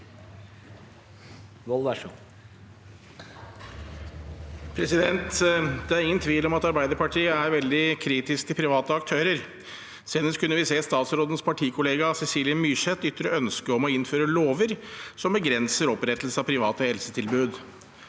Det er ingen tvil om at Arbeiderpartiet er veldig kritisk til private aktører. Senest kunne vi se statsrådens partikollega Cecilie Myrseth ytre ønske om å innføre lover som begrenser opprettelse av private helsetilbud.